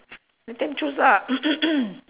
we can choose ah